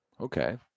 Okay